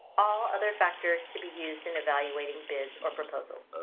all other factors to be used in evaluating bids or proposals.